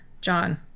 John